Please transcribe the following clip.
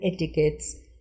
etiquettes